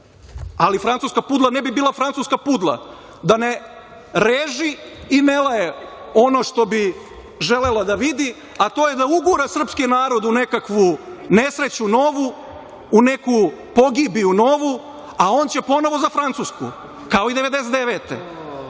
ali francuska pudla ne bi bila francuska pudla da ne reži i ne laje ono što bi želela da vidi, a to je da ugura srpski narod u nekakvu nesreću novu, u neku pogibiju novu, a on će ponovo za Francusku, kao i 1999.